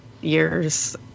years